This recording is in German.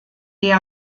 der